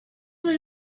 they